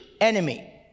enemy